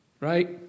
Right